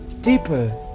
Deeper